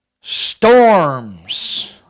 storms